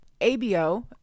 ABO